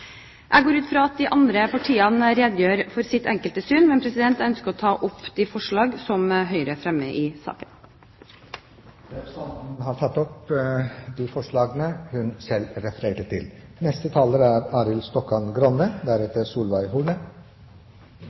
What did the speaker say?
Jeg går ut ifra at de andre partiene redegjør for sine enkelte syn, og jeg ønsker å ta opp de forslag som Høyre fremmer i saken. Representanten Linda C. Hofstad Helleland har tatt opp de forslagene hun refererte til. Det er